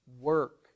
work